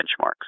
benchmarks